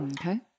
Okay